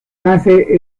hace